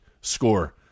score